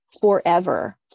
forever